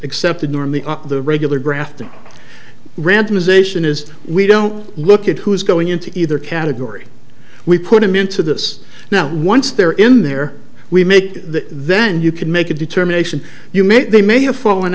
accepted norm the the regular grafting randomization is we don't look at who's going into either category we put them into this now once they're in there we make then you can make a determination you may they may have fallen